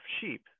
sheep